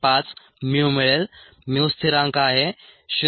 5 mu मिळेल mu स्थिरांक आहे 0